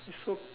is so